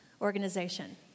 Organization